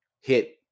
hit